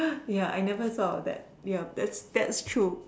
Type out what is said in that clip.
ya I never of thought that ya that's that's true